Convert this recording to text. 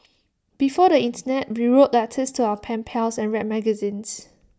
before the Internet we wrote letters to our pen pals and read magazines